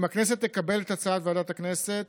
אם הכנסת תקבל את הצעת ועדת הכנסת